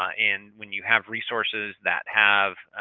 ah and when you have resources that have,